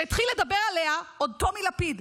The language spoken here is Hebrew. שהתחיל לדבר עליה עוד טומי לפיד,